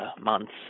months